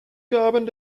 gaben